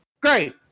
Great